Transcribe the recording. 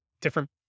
different